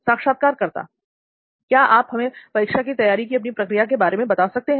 साक्षात्कारकर्ता क्या आप हमें परीक्षा की तैयारी कि अपनी प्रक्रिया के बारे में बता सकते हैं